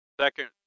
second